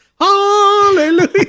Hallelujah